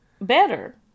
better